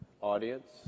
audience